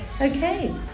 Okay